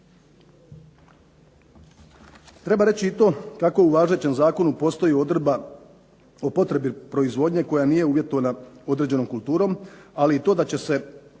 Treba reći i to kako u važećem zakonu postoji odredba o potrebi proizvodnje koja nije uvjetovana određenom kulturom, ali i to da će se